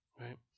Right